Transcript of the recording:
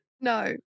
No